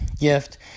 gift